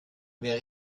wer